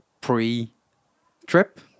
pre-trip